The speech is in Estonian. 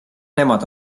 nemad